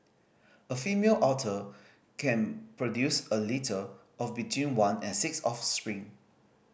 a female otter can produce a litter of between one and six offspring